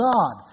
God